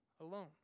alone